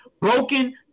broken